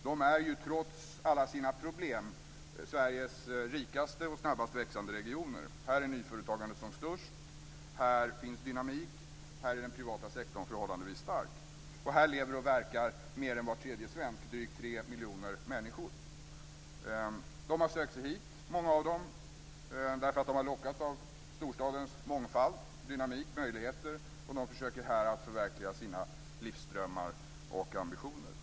De är ju, trots alla sina problem, Sveriges rikaste och snabbast växande regioner. Här är nyföretagandet som störst, här finns dynamik, här är den privata sektorn förhållandevis stark. Här lever och verkar mer än var tredje svensk, drygt 3 miljoner människor. Många av dem har sökt sig hit därför att de har lockats av storstadens mångfald, dynamik och möjligheter, och de försöker att här förverkliga sina livsdrömmar och ambitioner.